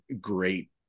great